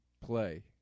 play